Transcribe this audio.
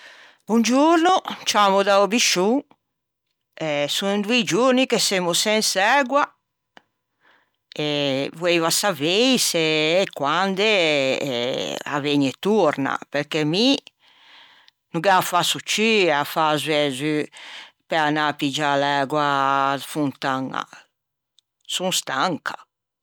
Bongiorno, ciammo da-o Biscion e son doî giorni che semmo sens'ægua, voeiva savei se e quande a vëgne torna perché mi no gh'â fasso ciù à fâ sciù e zu pe anâ à piggiâ l'ægua a-a fontaña, son stanca.